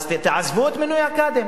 אז תעזבו את מינוי הקאדים.